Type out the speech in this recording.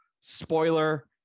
spoiler